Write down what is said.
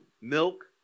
milk